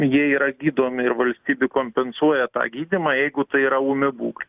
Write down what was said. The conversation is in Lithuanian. jie yra gydomi ir valstybė kompensuoja tą gydymą jeigu tai yra ūmi būkl